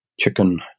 chicken